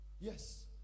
Yes